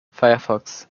firefox